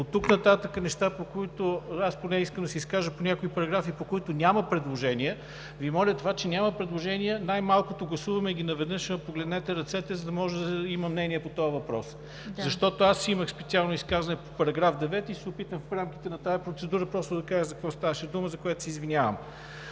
Оттук нататък има неща, по които аз искам да се изкажа, по някои параграфи, по които няма предложения. Моля Ви, за това, че няма предложения най-малкото ги гласуваме наведнъж, а погледнете ръцете, за да може да има мнение по този въпрос. Аз имах специално изказване по § 9 и ще се опитам в рамките на тази процедура просто да кажа за какво ставаше дума, за което се извинявам.